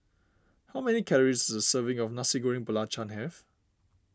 how many calories serving of Nasi Goreng Belacan have